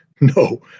no